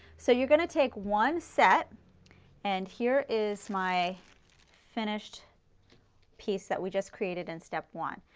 so you are going to take one set and here is my finished piece that we just created in step one.